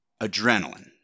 adrenaline